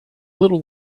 little